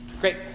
Great